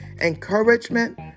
encouragement